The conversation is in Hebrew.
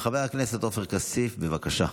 חבר הכנסת עופר כסיף, בבקשה.